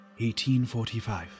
1845